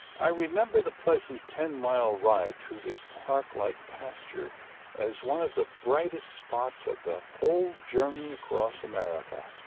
i remember the pleasant ten-mile ride through this park-like pasture as one of the brightest spots of the whole journey across america.